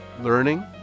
learning